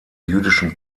jüdischen